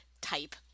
type